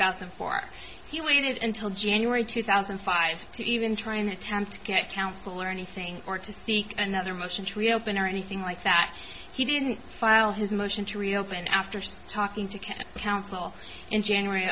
thousand and four he wanted until january two thousand and five to even try and attempt to get counsel or anything or to seek another motion to reopen or anything like that he didn't file his motion to reopen after stalking to counsel in january